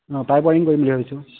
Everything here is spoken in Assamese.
অঁ পাইপ ৱাৰিং কৰিম বুলি ভাবিছোঁ